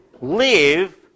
live